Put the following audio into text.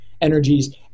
energies